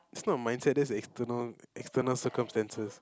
is not mindset that's external external circumstances